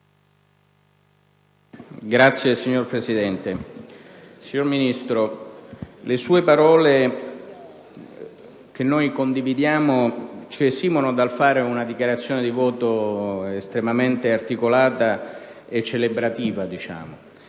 Signor Presidente, signor Ministro, le sue parole che condividiamo ci esimono dal fare una dichiarazione di voto estremamente articolata e celebrativa. Credo